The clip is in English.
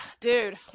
Dude